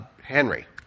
Henry